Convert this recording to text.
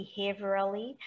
behaviorally